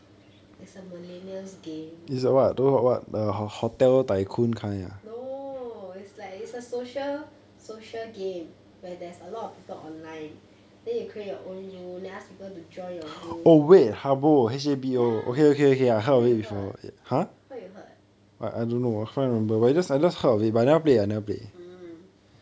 is a millennials game no it's like it's a social social game where there's a lot of people online then you create your own room then ask people to join your room ya what you heard